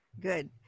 good